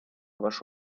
ваш